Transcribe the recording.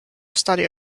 study